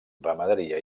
ramaderia